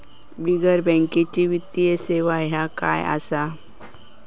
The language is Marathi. बिगर बँकेची वित्तीय सेवा ह्या काय असा?